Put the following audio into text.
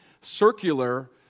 circular